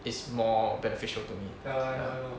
it's more beneficial to me